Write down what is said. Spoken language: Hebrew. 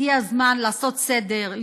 הגיע הזמן לעשות סדר,